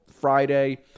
Friday